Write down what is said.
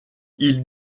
ils